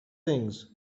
things